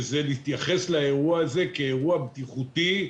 ולהתייחס לאירוע הזה כאירוע בטיחותי,